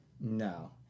No